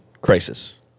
crisis